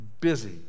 busy